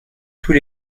tous